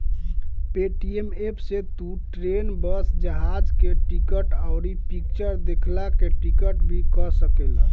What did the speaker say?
Paytm app से तू train, bus, जहाज के टिकट, अउरी फिक्चर देखला के टिकट भी कअ सकेला